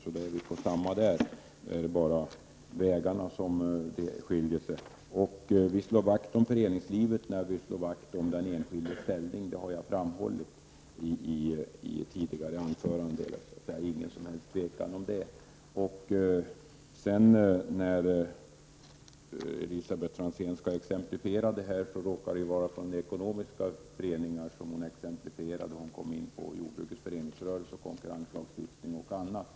På den punkten har vi således samma åsikt. Det är vägarna som skiljer sig. Vi slår, som sagt, vakt om föreningslivet och om den enskildes ställning. Det har jag framhållit i tidigare anförande. I det avseendet skall det alltså inte behöva råda något tvivel. När Elisabet Franzén exemplifierade hur det kan förhålla sig råkade hon nämna ekonomiska föreningar. Hon kom ju in på jordbrukets föreningsrörelse, konkurrenslagstiftningen etc.